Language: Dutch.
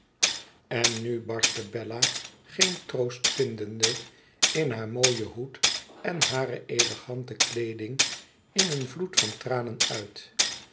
en nu barstte bella geen troost vindende in haar mooien hoed en hare elegante kleeding in een vloed van tranen uit